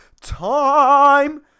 time